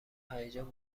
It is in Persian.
هیجان